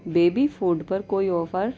baby food پر کوئی offer